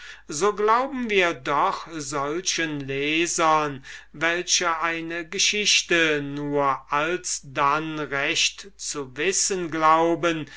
so glauben wir doch denen lesern welche eine geschichte nur alsdenn recht zu wissen glauben